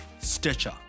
stitcher